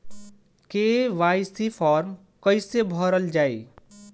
KYC form कइसे भरल जाइ?